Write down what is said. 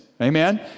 Amen